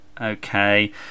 okay